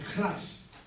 Christ